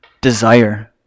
desire